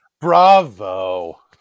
Bravo